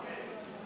אמן.